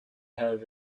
have